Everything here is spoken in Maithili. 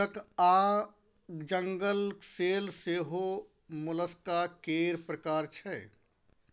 गियो डक आ जंगल सेल सेहो मोलस्का केर प्रकार छै